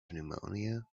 pneumonia